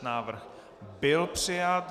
Návrh byl přijat.